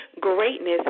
greatness